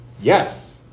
yes